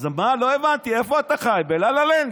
אז מה, לא הבנתי, איפה אתה חי, בלה-לה-לנד?